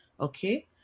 okay